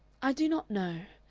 i do not know.